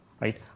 Right